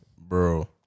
bro